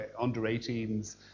under-18s